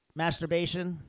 masturbation